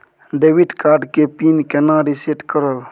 Debit card के PIN केना reset करब?